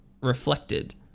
reflected